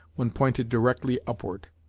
when pointed directly upward.